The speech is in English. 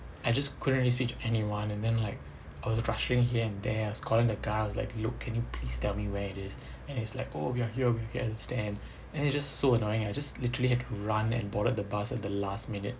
I just couldn't really speak to anyone and then like I was rushing here and there I was calling the guy I was like look can you please tell me where it is he's like oh we are here we are here at the stand and it's just so annoying I just literally had to run and boarded the bus at the last minute